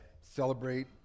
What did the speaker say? celebrate